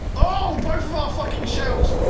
oh both of our fucking shells